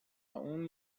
اون